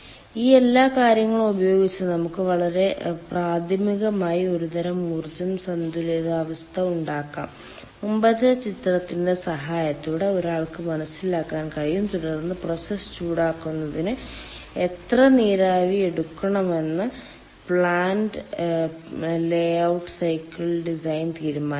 ഈ എല്ലാ കാര്യങ്ങളും ഉപയോഗിച്ച് നമുക്ക് വളരെ പ്രാഥമികമായ ഒരുതരം ഊർജ്ജ സന്തുലിതാവസ്ഥ ഉണ്ടാക്കാം മുമ്പത്തെ ചിത്രത്തിന്റെ സഹായത്തോടെ ഒരാൾക്ക് മനസ്സിലാക്കാൻ കഴിയും തുടർന്ന് പ്രോസസ്സ് ചൂടാക്കുന്നതിന് എത്ര നീരാവി എടുക്കണമെന്ന് പ്ലാന്റ് ലേഔട്ട് സൈക്കിൾ ഡിസൈൻ തീരുമാനിക്കാം